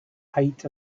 height